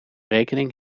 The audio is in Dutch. rekening